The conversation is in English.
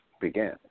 began